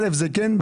א' זה כן,